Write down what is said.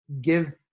give